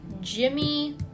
Jimmy